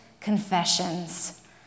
confessions